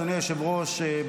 אדוני היושב-ראש,